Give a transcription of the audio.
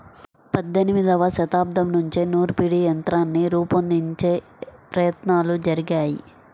పద్దెనిమదవ శతాబ్దం నుంచే నూర్పిడి యంత్రాన్ని రూపొందించే ప్రయత్నాలు జరిగాయి